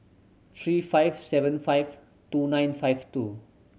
three five seven five two nine five two